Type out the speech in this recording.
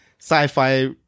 sci-fi